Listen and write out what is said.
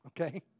Okay